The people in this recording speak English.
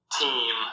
team